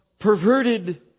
perverted